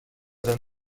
than